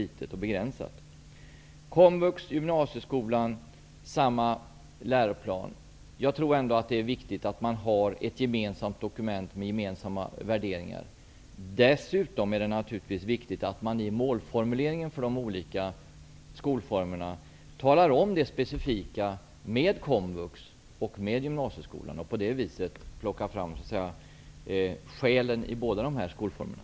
Skall det vara samma läroplan för komvux och gymnasieskolan? Ja, jag tror att det är viktigt att man har ett gemensamt dokument med gemensamma värderingar. Dessutom är det naturligtvis viktigt att man i målformuleringen för de olika skolformerna talar om det specifika med komvux och med gymnasieskolan och på det viset plockar fram så att säga själen i båda de här skolformerna.